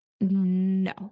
no